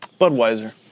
Budweiser